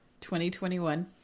2021